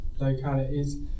localities